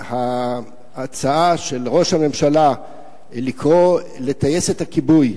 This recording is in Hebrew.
ההצעה של ראש הממשלה לקרוא לטייסת הכיבוי,